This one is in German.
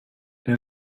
der